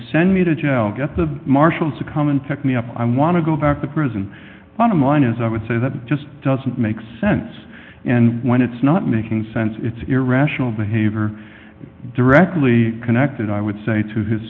send me to jail get the marshals to come and tek me up i want to go back to prison bottom line is i would say that just doesn't make sense and when it's not making sense it's irrational behavior directly connected i would say to his